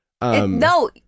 No